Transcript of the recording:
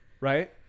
Right